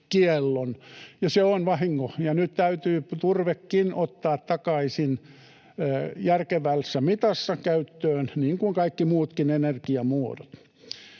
kiellon. Se on vahinko, ja nyt täytyy turvekin ottaa takaisin järkevässä mitassa käyttöön niin kuin kaikki muutkin energiamuodot.